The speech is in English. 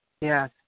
Yes